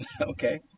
Okay